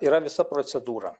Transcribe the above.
yra visa procedūra